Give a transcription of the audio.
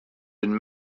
been